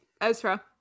Ezra